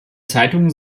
zeitung